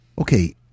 okay